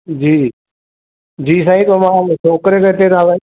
जी जी जी साईं त मां छोकिरे खे हिते तव्हां वटि